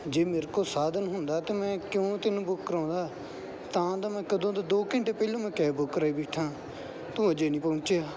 ਜੇ ਮੇਰੇ ਕੋਲ ਸਾਧਨ ਹੁੰਦਾ ਤਾਂ ਮੈਂ ਕਿਉਂ ਤੈਨੂੰ ਬੁੱਕ ਕਰਵਾਉਂਦਾ ਤਾਂ ਮੈਂ ਕਦੋਂ ਤੋਂ ਦੋ ਘੰਟੇ ਪਹਿਲਾਂ ਮੈਂ ਕੈਬ ਬੁੱਕ ਕਰਵਾਈ ਬੈਠਾ ਤੂੰ ਅਜੇ ਨਹੀਂ ਪਹੁੰਚਿਆ